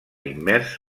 immers